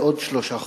לעוד שלושה חודשים.